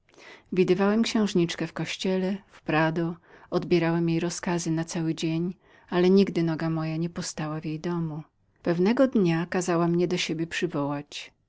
widywałem książniczkęksiężniczkę w kościele w prado odbierałem jej rozkazy na cały dzień ale nigdy noga moja nie postała w jej domu pewnego dnia kazała przywołać